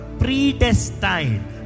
predestined